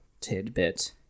tidbit